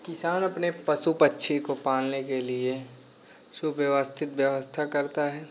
किसान अपने पशु पक्षी को पालने के लिए सुव्यवस्थित व्यवस्था करता है